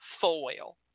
foil